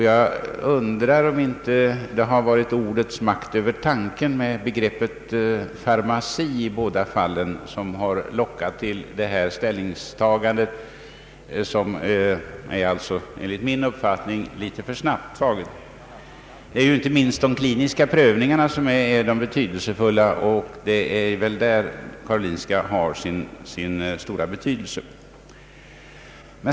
Jag undrar om inte ordets makt över tanken — med begreppet farmaci i båda fallen — har lockat till detta enligt min uppfattning litet för snabba ställningstagande. Det är inte minst de kliniska prövningarna som är betydelsefulla, och det är väl där Karolinska institutet har sin stora betydelse.